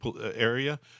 area